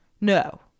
No